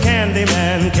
Candyman